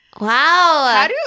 Wow